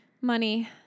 Money